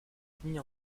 ennemis